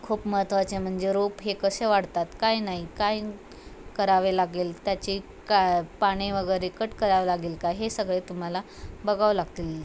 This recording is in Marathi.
खूप महत्त्वाचे म्हणजे रोप हे कसेे वाढतात काय नाही काय करावे लागेल त्याचे का पाणी वगैरे कट करावं लागेल काय हे सगळे तुम्हाला बघावं लागतील